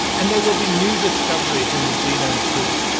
and there will be new discoveries in the genome too.